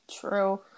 True